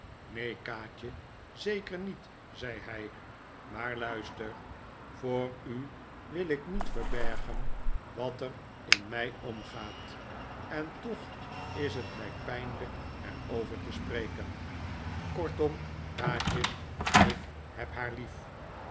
neen kaatje zeker niet zei hij maar luister voor u wil ik niet verbergen wat er in mij omgaat en toch is het mij pijnlijk er over te spreken kortom kaatje ik heb haar lief